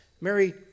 Mary